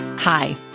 Hi